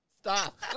stop